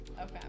Okay